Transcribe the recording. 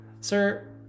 Sir